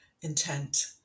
intent